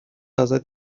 ازت